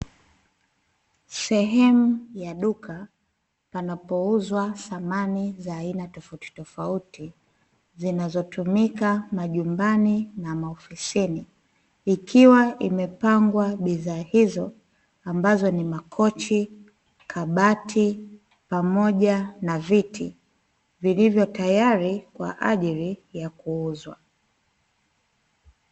Sehemu ya duka panapouzwa samani za aina tofauti tofauti zinazotumika majumbani na maofisini, ikiwa imepangwa bidhaa hizo ambazo ni makochi, kabati, pamoja na viti vilivyo tayari kwa ajili ya kuuzwa.